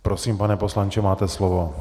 Prosím, pane poslanče, máte slovo.